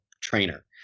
trainer